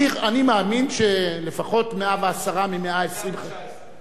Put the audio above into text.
אני מאמין שלפחות 110 מ-120 חברי כנסת,